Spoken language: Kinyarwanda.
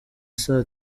saa